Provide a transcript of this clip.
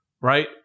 right